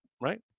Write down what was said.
right